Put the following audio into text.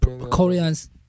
Korean's